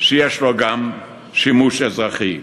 שיש לו גם שימוש אזרחי,